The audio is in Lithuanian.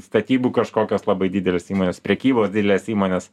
statybų kažkokios labai didelės įmonės prekybos didelės įmonės